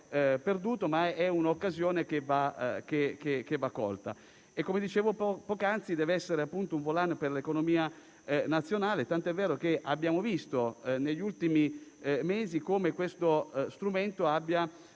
perduto, ma è un'occasione che va colta. Come dicevo poc'anzi, deve essere un volano per l'economia nazionale, tanto è vero che abbiamo visto negli ultimi mesi come questo strumento abbia